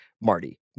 Marty